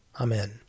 Amen